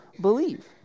believe